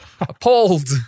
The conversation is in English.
Appalled